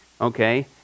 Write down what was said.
Okay